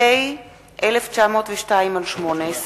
פ/1902/18